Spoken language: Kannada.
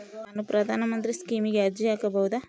ನಾನು ಪ್ರಧಾನ ಮಂತ್ರಿ ಸ್ಕೇಮಿಗೆ ಅರ್ಜಿ ಹಾಕಬಹುದಾ?